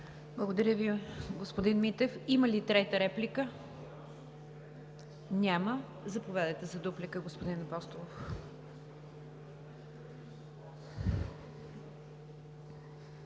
Благодаря Ви, господин Митев. Има ли трета реплика? Няма. Заповядайте за дуплика, господин Апостолов.